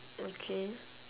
okay